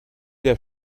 der